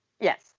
yes